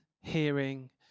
hearing